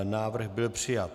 Návrh byl přijat.